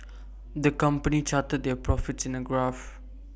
the company charted their profits in A graph